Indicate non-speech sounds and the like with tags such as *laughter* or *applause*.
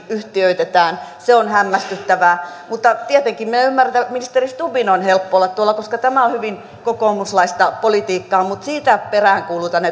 yhtiöitetään se on hämmästyttävää mutta tietenkin minä ymmärrän että ministeri stubbin on helppo olla tuolla koska tämä on hyvin kokoomuslaista politiikkaa mutta sitä peräänkuulutan *unintelligible*